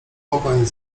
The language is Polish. pogoń